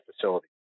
facility